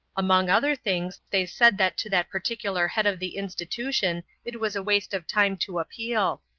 among other things they said that to that particular head of the institution it was a waste of time to appeal,